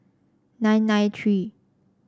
nine nine three